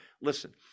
listen